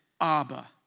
Abba